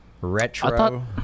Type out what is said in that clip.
Retro